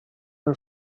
her